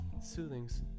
Soothings